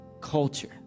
culture